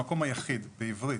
המקום היחיד בעברית